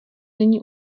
není